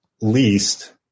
least